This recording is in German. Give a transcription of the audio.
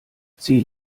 zieh